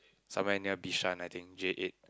somewhere near Bishan I think J eight